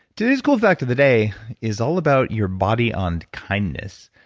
today's cool fact of the day is all about your body on kindness.